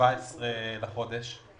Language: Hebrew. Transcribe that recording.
ב-17 לחודש.